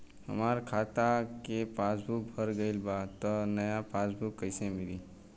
हमार खाता के पासबूक भर गएल बा त नया पासबूक कइसे मिली?